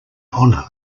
honor